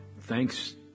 thanks